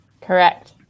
correct